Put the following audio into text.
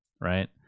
Right